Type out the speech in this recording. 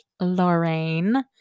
Lorraine